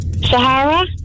Sahara